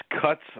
cuts